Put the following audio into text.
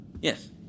Yes